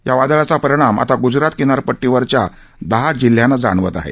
या वादळाचा परिणाम आता गूजरात किनारपट्टीवरच्या दहा जिल्ह्यांना जाणवत आहे